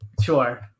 sure